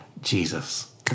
Jesus